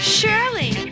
Shirley